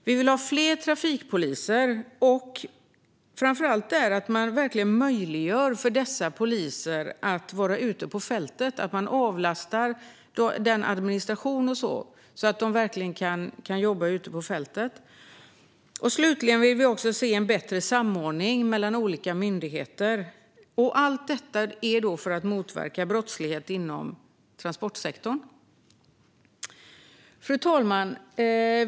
Vi vill ha fler trafikpoliser och framför allt att man verkligen möjliggör för dessa poliser att vara ute på fältet - att man avlastar dem från administration så att de verkligen kan jobba ute på fältet. Slutligen vill vi också se bättre samordning mellan olika myndigheter. Allt detta vill vi göra för att brottslighet inom transportsektorn ska motverkas. Fru talman!